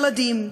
ילדים,